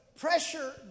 Pressure